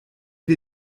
wir